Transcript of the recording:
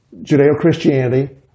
Judeo-Christianity